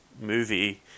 movie